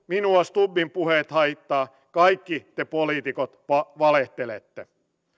minua stubbin puheet haittaa kaikki te poliitikot valehtelette